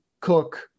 cook